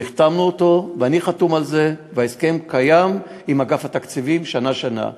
החתמנו אותו ואני חתום על זה וההסכם קיים עם אגף התקציבים שנה-שנה.